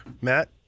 Matt